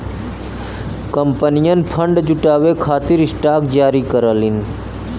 कंपनियन फंड जुटावे खातिर स्टॉक जारी करलीन